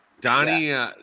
Donnie